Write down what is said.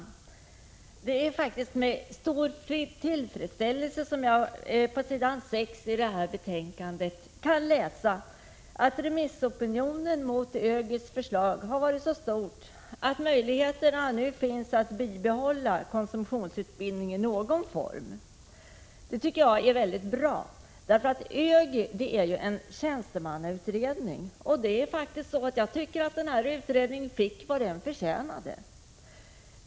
Fru talman! Det är med stor tillfredsställelse som jag på s. 6 i det föreliggande betänkandet läser att remissopinionen mot ÖGY:s förslag har varit så stor att möjlighet nu finns att bibehålla konsumtionsutbildning i någon form. Det tycker jag är väldigt bra. ÖGY var ju en tjänstemannautredning, och jag tycker faktiskt att den utredningen fick vad den förtjänade.